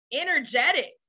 energetic